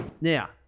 Now